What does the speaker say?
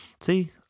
see